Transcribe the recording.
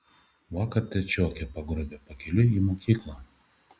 vakar trečiokę pagrobė pakeliui į mokyklą